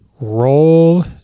Roll